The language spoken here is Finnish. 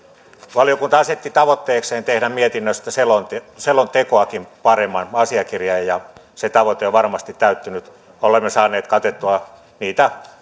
valiokunta asetti tavoitteekseen tehdä mietinnöstä selontekoakin paremman asiakirjan ja se tavoite on varmasti täyttynyt olemme saaneet katettua niitä